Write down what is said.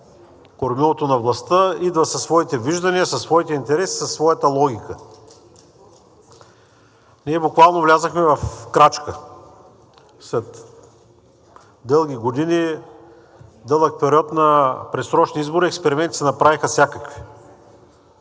кормилото на властта, идва със своите виждания, със своите интереси, със своята логика. Ние буквално влязохме в крачка след дълги години – дълъг период на предсрочни избори, експерименти се направиха всякакви.